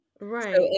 Right